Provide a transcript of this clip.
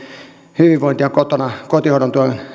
hyvinvointia kotona kotihoidon tuen